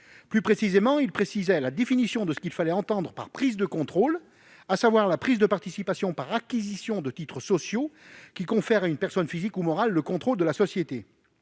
proposé prévoyait une définition de ce qu'il faut entendre par « prise de contrôle », à savoir « la prise de participation par acquisition de titres sociaux qui confère à une personne physique ou morale [...] le contrôle de la société